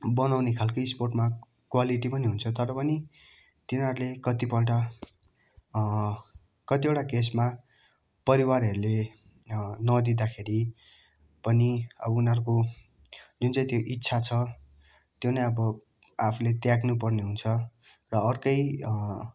बनाउने खालकै स्पोर्टमा क्वालिटी पनि हुन्छ तर पनि तिनीहरूले कतिपल्ट कतिवटा केसमा परिवारहरूले नदिँदाखेरि पनि अब उनीहरूको जुन चाहिँ त्यो इच्छा छ त्यो नै अब आफूले त्याग्नु पर्ने हुन्छ र अर्कै